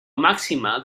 màxima